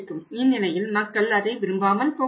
இந்நிலையில் மக்கள் அதை விரும்பாமல் போகலாம்